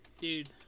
Dude